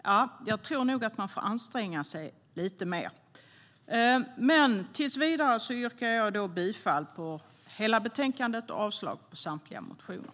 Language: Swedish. Jag tror nog att ni får anstränga er lite mer. Jag yrkar bifall till utskottets förslag till beslut och avslag på samtliga reservationer.